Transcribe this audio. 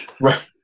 right